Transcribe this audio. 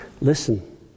Listen